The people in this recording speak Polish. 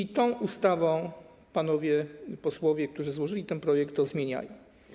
I tą ustawą panowie posłowie, którzy złożyli ten projekt, to zmieniają.